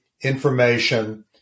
information